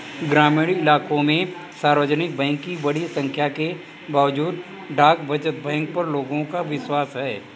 ग्रामीण इलाकों में सार्वजनिक बैंक की बड़ी संख्या के बावजूद डाक बचत बैंक पर लोगों का विश्वास है